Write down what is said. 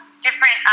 different